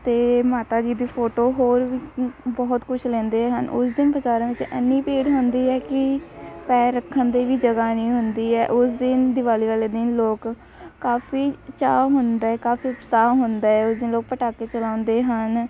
ਅਤੇ ਮਾਤਾ ਜੀ ਦੀ ਫੋਟੋ ਹੋਰ ਵੀ ਬਹੁਤ ਕੁਛ ਲੈਂਦੇ ਹਨ ਉਸ ਦਿਨ ਬਜ਼ਾਰਾਂ ਵਿੱਚ ਇੰਨੀ ਭੀੜ ਹੁੰਦੀ ਹੈ ਕਿ ਪੈਰ ਰੱਖਣ ਦੀ ਵੀ ਜਗ੍ਹਾ ਨਹੀਂ ਹੁੰਦੀ ਹੈ ਉਸ ਦਿਨ ਦਿਵਾਲੀ ਵਾਲੇ ਦਿਨ ਲੋਕ ਕਾਫੀ ਚਾਅ ਹੁੰਦਾ ਕਾਫੀ ਉਤਸਾਹ ਹੁੰਦਾ ਉਸ ਦਿਨ ਲੋਕ ਪਟਾਕੇ ਚਲਾਉਂਦੇ ਹਨ